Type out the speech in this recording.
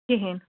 کِہیٖنۍ